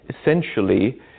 essentially